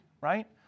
right